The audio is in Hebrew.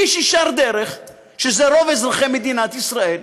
איש ישר דרך, שזה רוב אזרחי מדינת ישראל,